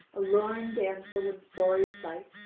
a lorn damsel in sorry plight,